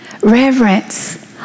reverence